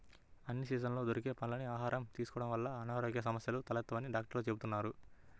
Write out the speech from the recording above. అన్ని సీజన్లలో దొరికే పండ్లని ఆహారంగా తీసుకోడం వల్ల అనారోగ్య సమస్యలు తలెత్తవని డాక్టర్లు చెబుతున్నారు